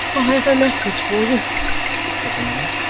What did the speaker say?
i have a message for you said the man.